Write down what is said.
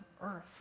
earth